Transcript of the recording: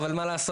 אבל מה לעשות,